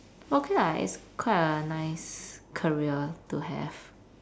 okay lah it's quite a nice career to have